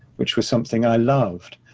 which was something i loved,